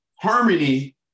harmony